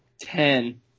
Ten